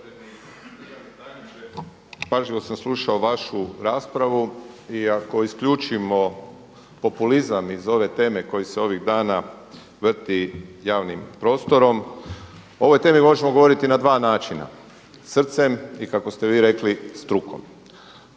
Pažljivo sam slušao vašu raspravu i ako isključimo populizam iz ove teme koje se ovih dana vrti javnim prostorom o ovoj temi možemo govoriti na dva načina, srcem i kako ste vi rekli strukom.